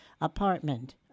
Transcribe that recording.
apartment